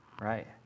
right